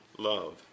Love